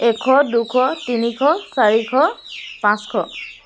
এশ দুশ তিনিশ চাৰিশ পাঁচশ